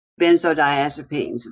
benzodiazepines